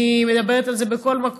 אני מדברת על זה בכל מקום,